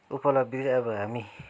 उपलब्धि चाहिँ अब हामी